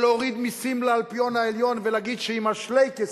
של להוריד מסים לאלפיון העליון ולהגיד שעם השלייקעס,